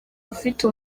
ufite